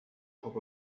top